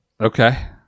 Okay